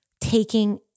taking